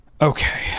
Okay